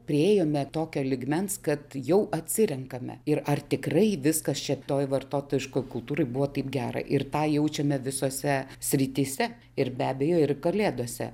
priėjome tokio lygmens kad jau atsirenkame ir ar tikrai viskas čia toj vartotojiškoj kultūroj buvo taip gera ir tą jaučiame visose srityse ir be abejo ir kalėdose